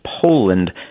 Poland